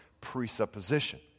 presupposition